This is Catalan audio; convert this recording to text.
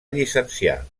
llicenciar